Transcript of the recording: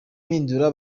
mpindura